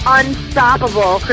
unstoppable